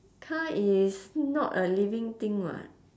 car is not a living thing [what]